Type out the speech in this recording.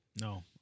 No